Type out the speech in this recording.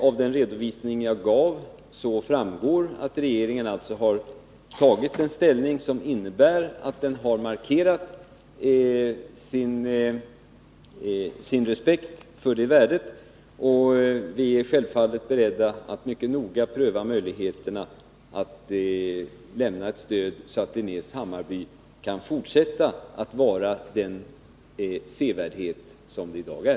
Av den redovisning jag gav framgår att regeringen genom sitt ställningstagande markerat sin respekt för värdet av detta minnesmärke. Vi är självfallet beredda att mycket noga pröva möjligheterna att lämna ett sådant stöd att Linnés Hammarby kan fortsätta att vara den sevärdhet som det i dag är.